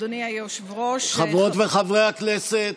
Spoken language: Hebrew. חברות וחברי הכנסת,